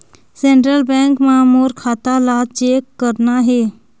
Central bank मां मोर खाता ला चेक करना हे?